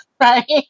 right